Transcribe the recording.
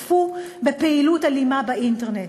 או השתתפו בפעילות אלימה באינטרנט.